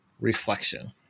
reflection